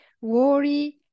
worry